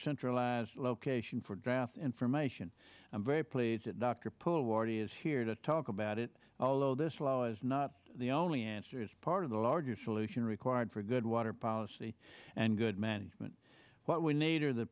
centralized location for draft information i'm very pleased that dr pull already is here to talk about it although this law is not the only answer is part of the larger solution required for good water policy and good management what we need are the